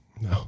No